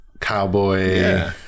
cowboy